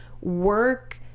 work